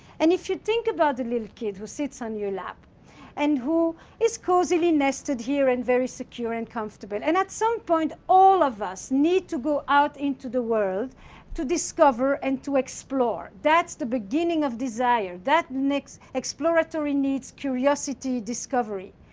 and if you think about the little kid who sits on your lap and who is cozily nested here and very secure and comfortable, and at some point all of us need to go out into the world to discover and to explore. that's the beginning of desire, that exploratory need, curiosity, discovery.